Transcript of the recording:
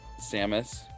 Samus